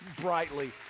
brightly